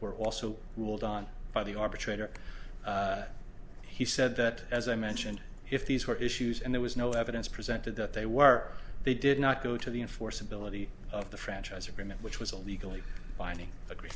were also ruled on by the arbitrator he said that as i mentioned if these were issues and there was no evidence presented that they were they did not go to the enforceability of the franchise agreement which was a legally binding agree